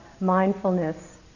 mindfulness